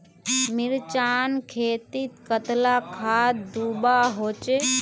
मिर्चान खेतीत कतला खाद दूबा होचे?